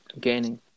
gaining